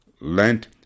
Lent